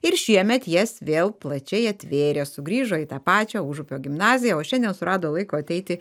ir šiemet jas vėl plačiai atvėrė sugrįžo į tą pačią užupio gimnaziją o šiandien surado laiko ateiti